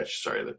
Sorry